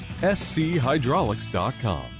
schydraulics.com